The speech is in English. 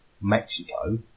Mexico